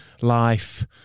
life